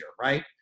Right